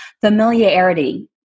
familiarity